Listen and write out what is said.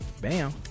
Bam